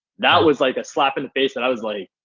that was like a slap in the face and i was like